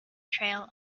trail